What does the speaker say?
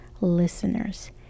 listeners